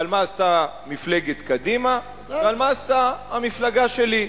ועל מה עשתה מפלגת קדימה, ועל מה עשתה המפלגה שלי.